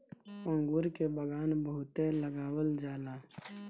अंगूर के बगान बहुते लगावल जाला